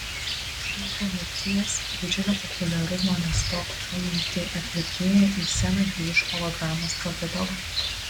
ir po mirties didžiulio populiarumo nestokojanti atlikėja į sceną grįš hologramos pavidalu